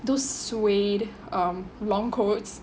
those swayed um long coats